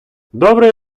добрий